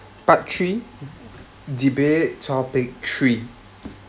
part three debate topic three